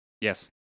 Yes